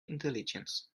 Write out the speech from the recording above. intelligence